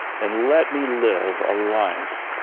and let me live a life